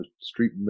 street